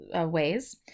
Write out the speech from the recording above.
ways